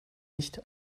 nicht